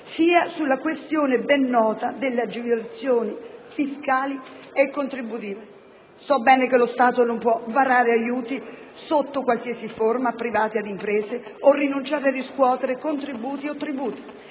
sia sulla questione, ben nota, delle agevolazioni fiscali e contributive. So bene che lo Stato non può varare aiuti sotto qualsiasi forma a privati, ad imprese o rinunciare a riscuotere contributi o tributi.